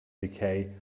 decay